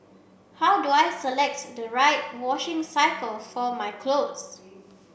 how do I select the right washing cycle for my clothes